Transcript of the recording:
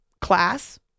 class